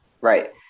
Right